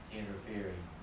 interfering